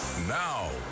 now